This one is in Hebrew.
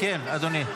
כן, אדוני.